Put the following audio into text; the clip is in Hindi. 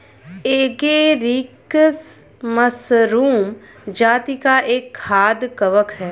एगेरिकस मशरूम जाती का एक खाद्य कवक है